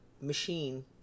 machine